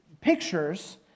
pictures